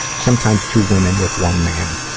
sometimes two women with one man.